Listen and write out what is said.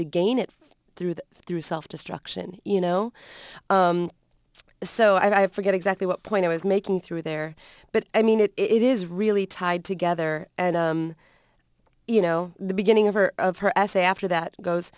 to gain it through that through self destruction you know so i forget exactly what point i was making through there but i mean it it is really tied together and you know the beginning of her of her essay after